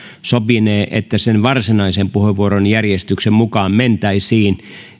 sopinee että sen varsinaisen puheenvuorojärjestyksen mukaan mentäisiin